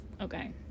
Okay